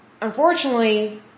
unfortunately